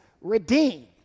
redeemed